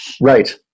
right